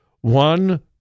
one